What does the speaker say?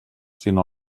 sinó